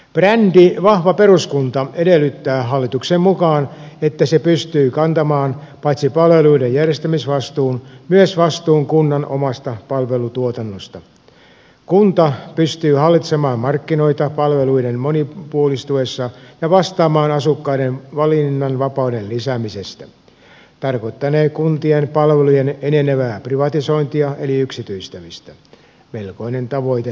brändi vahva peruskunta edellyttää hallituksen mukaan että se pystyy kantamaan paitsi palveluiden järjestämisvastuun myös vastuun kunnan omasta palvelutuotannosta että kunta pystyy hallitsemaan markkinoita palveluiden monipuolistuessa ja vastaamaan asukkaiden valinnanvapauden lisäämisestä ja se tarkoittanee kuntien palvelujen enenevää privatisointia eli yksityistämistä melkoinen tavoite tämäkin